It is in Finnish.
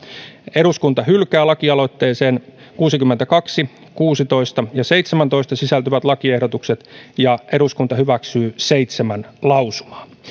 eduskunta hylkää lakialoitteeseen kuusikymmentäkaksi kuusitoista ja seitsemäntoista sisältyvät lakiehdotukset ja eduskunta hyväksyy seitsemän lausumaa